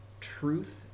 truth